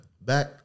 back